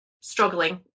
struggling